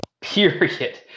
period